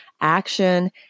action